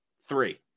three